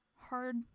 hard